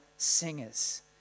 Singers